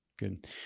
Good